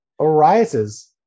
arises